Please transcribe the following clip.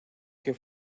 que